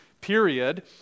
period